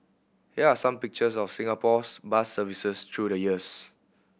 here are some pictures of Singapore's bus services through the years